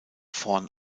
vorn